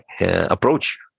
approach